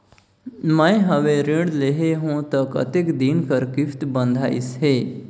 मैं हवे ऋण लेहे हों त कतेक दिन कर किस्त बंधाइस हे?